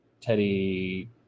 Teddy